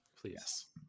Please